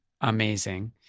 amazing